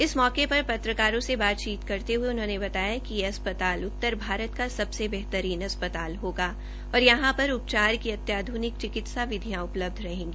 इस मौके पर पत्रकारों से बातचीत करते ह्ये उन्होंने बताया कि यह अस्पताल उत्तर भारत का बेहतरीन अस्पताल होगा और यहां पर उपचार की अत्याध्रनिक चिकित्सा विधियां उपलब्ध रहेंगी